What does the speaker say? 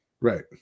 Right